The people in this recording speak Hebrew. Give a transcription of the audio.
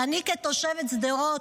אני, כתושבת שדרות,